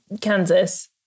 Kansas